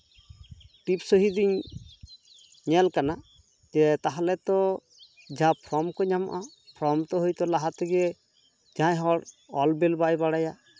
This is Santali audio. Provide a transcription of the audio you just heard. ᱴᱤᱯ ᱥᱩᱦᱤ ᱫᱩᱧ ᱧᱮᱞ ᱠᱟᱱᱟ ᱡᱮ ᱛᱟᱦᱚᱞᱮ ᱛᱚ ᱡᱟᱦᱟᱸ ᱯᱷᱨᱚᱢ ᱠᱚ ᱧᱟᱢᱚᱜᱼᱟ ᱯᱷᱨᱚᱢ ᱛᱚ ᱦᱳᱭᱛᱳ ᱞᱟᱦᱟ ᱛᱮᱜᱮ ᱡᱟᱦᱟᱸᱭ ᱦᱚᱲ ᱚᱞ ᱵᱤᱞ ᱵᱟᱭ ᱵᱟᱲᱟᱭᱟ